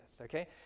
okay